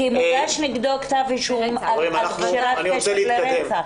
כי מוגש נגדו כתב אישום על קשירת קשר לרצח.